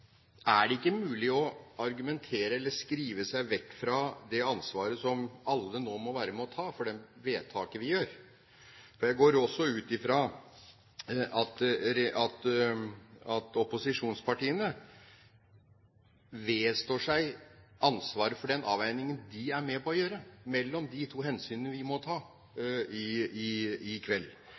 er det ikke mulig å argumentere eller skrive seg vekk fra det ansvaret som alle nå må være med og ta for det vedtaket vi gjør. Jeg går også ut fra at opposisjonspartiene vedstår seg ansvaret for den avveiningen de er med på å gjøre mellom de to hensynene vi må ta i kveld.